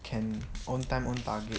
can own time own target